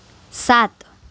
સાત